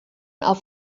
auf